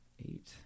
Eight